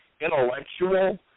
intellectual